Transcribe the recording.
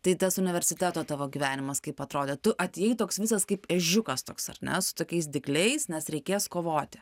tai tas universiteto tavo gyvenimas kaip atrodė tu atėjai toks visas kaip ežiukas toks ar ne su tokiais dygliais nes reikės kovoti